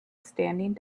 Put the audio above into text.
standing